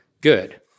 good